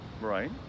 Right